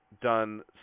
done